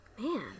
Man